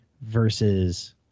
versus